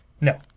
No